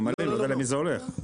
אתה ממלא, השאלה למי זה הולך.